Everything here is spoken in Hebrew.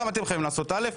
גם אתם חייבים לעשות א'.